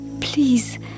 Please